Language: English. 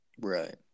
Right